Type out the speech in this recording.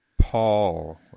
paul